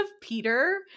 Peter